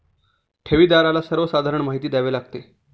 ठेवीदाराला सर्वसाधारण माहिती द्यावी लागते